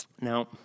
Now